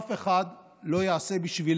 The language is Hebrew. אף אחד לא יעשה בשבילנו.